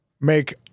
make